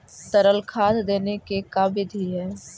तरल खाद देने के का बिधि है?